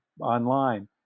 online